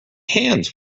hands